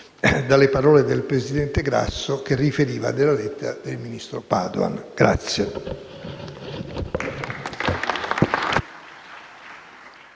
dalle parole del presidente Grasso, che riferiva della lettera del ministro Padoan.